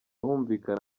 humvikana